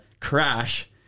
crash